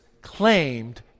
claimed